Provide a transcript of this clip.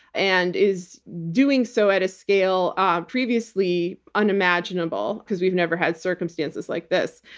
and is doing so at a scale previously unimaginable, because we've never had circumstances like this.